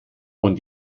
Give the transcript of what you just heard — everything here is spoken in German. und